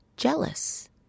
Jealous